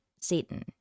Satan